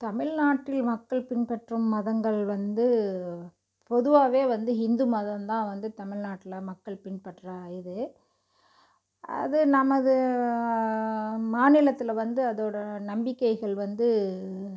தமிழ்நாட்டில் மக்கள் பின்பற்றும் மதங்கள் வந்து பொதுவாகவே வந்து ஹிந்து மதம் தான் வந்து தமிழ்நாட்டில் மக்கள் பின்பற்ற இது அது நமது மாநிலத்தில் வந்து அதோடய நம்பிக்கைகள் வந்து